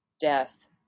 death